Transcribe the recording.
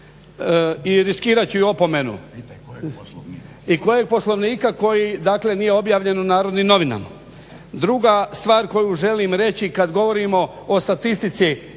i riskirat ću i opomenu i kojeg Poslovnika dakle nije objavljen u Narodnim novinama. Druga stvar koju želim reći kad govorimo o statistici,